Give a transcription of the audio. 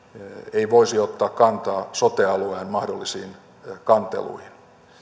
ei voisi ottaa kantaa sote alueen mahdollisiin kanteluihin